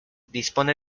dispone